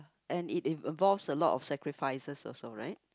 and it involves a lot of sacrifices also right